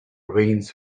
veins